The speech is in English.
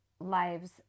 lives